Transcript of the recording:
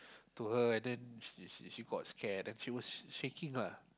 to her and then she she she got scared and she was shaking lah